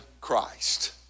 Christ